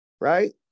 right